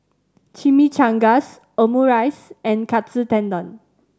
Chimichangas Omurice and Katsu Tendon